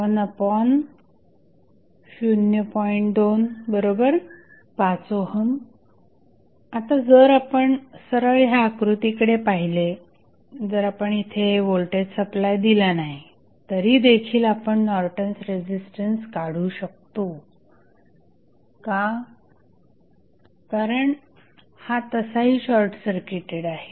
25 आता जर आपण सरळ ह्या आकृतीप्रमाणे पाहिले जर आपण इथे व्होल्टेज सप्लाय दिला नाही तरी देखील आपण नॉर्टन्स रेझिस्टन्स काढू शकतो का कारण हा तसाही शॉर्टसर्किटेड आहे